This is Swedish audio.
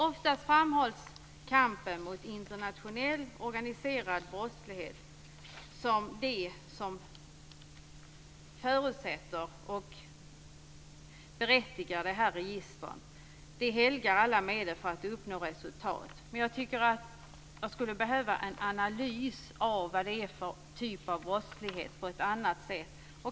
Oftast framhålls kampen mot internationell organiserad brottslighet som det som förutsätter detta register och som berättigar det. Det helgar alla medel för att uppnå resultat. Jag tycker dock att det på ett annat sätt skulle behövas en analys av vad det är för en typ av brottslighet.